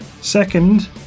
Second